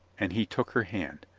and he took her hand.